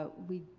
but we.